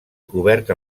cobert